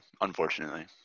unfortunately